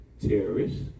terrorists